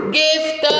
gift